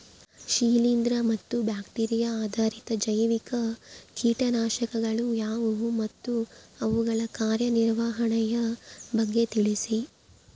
ಶಿಲೇಂದ್ರ ಮತ್ತು ಬ್ಯಾಕ್ಟಿರಿಯಾ ಆಧಾರಿತ ಜೈವಿಕ ಕೇಟನಾಶಕಗಳು ಯಾವುವು ಮತ್ತು ಅವುಗಳ ಕಾರ್ಯನಿರ್ವಹಣೆಯ ಬಗ್ಗೆ ತಿಳಿಸಿ?